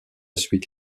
suite